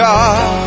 God